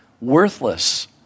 worthless